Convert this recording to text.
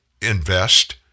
invest